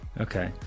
Okay